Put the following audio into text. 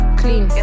clean